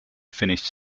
finished